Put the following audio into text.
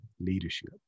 leadership